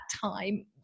time